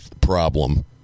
problem